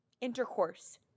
intercourse